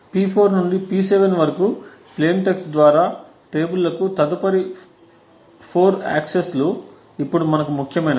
P4 నుండి P7 వరకు plain text ద్వారా టేబుల్లకు తదుపరి 4 యాక్సెస్ లు ఇప్పుడు మనకు ముఖ్యమైనవి